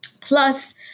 Plus